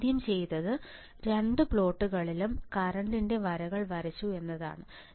ഞാൻ ആദ്യം ചെയ്തത് രണ്ടു പ്ലോട്ടുകളിലും കറൻറ്ൻറെ വരകൾ വരച്ചു എന്നതാണ്